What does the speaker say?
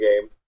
game